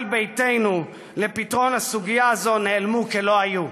ביתנו לפתרון הסוגיה הזאת כלא היו.